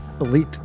elite